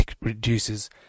reduces